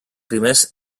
primers